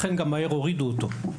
לכן גם הורידו אותו במהירות,